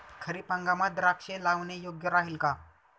खरीप हंगामात द्राक्षे लावणे योग्य राहिल का?